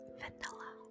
vanilla